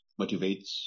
motivates